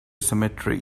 cemetery